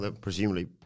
Presumably